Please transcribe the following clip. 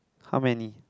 how many